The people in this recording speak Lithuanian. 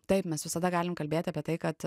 taip mes visada galim kalbėt apie tai kad